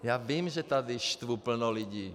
Já vím, že tady štvu plno lidí.